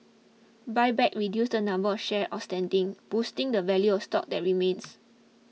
buybacks reduce the number of shares outstanding boosting the value of stock that remains